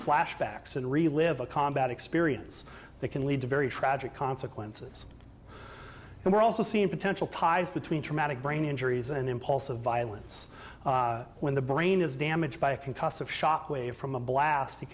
flashbacks and relive a combat experience that can lead to very tragic consequences and we're also seeing potential ties between traumatic brain injuries and impulsive violence when the brain is damaged by a concussive shockwave from a blast it